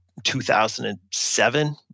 2007